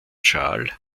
schal